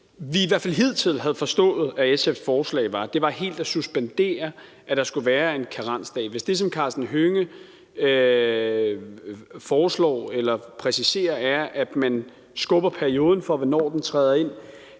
vi i hvert fald hidtil havde forstået at SF's forslag gik ud på, var helt at suspendere, at der skulle være en karensdag. Hvis det, som Karsten Hønge foreslår eller præciserer, er, at man skubber perioden for, hvornår den ligger,